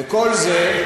וכל זה,